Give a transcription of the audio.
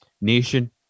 nation